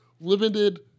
limited